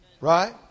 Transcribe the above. right